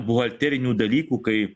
buhalterinių dalykų kai